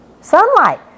Sunlight